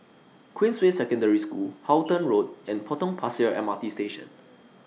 Queensway Secondary School Halton Road and Potong Pasir M R T Station